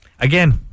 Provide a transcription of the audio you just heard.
Again